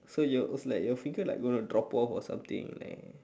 so you're was like your finger like gonna drop off or something like